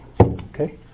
Okay